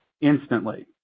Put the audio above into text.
instantly